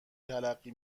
تلقی